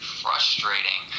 frustrating